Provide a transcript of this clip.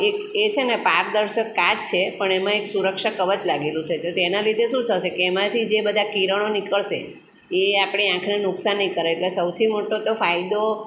એક એ છે ને પારદર્શક કાચ છે પણ એમાં એક સુરક્ષા કવચ લાગેલું છે તો તેના લીધે શું થશે કે એમાંથી જે બધાં કિરણો નીકળશે એ આપણી આંખને નુકસાન નહીં કરે એટલે સૌથી મોટો તો ફાયદો